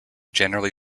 generally